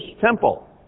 temple